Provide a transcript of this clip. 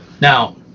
Now